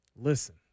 listen